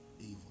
evil